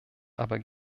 aber